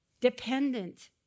dependent